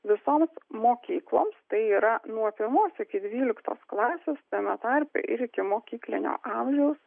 visoms mokykloms tai yra nuo pirmos iki dvyliktos klasės tame tarpe ir ikimokyklinio amžiaus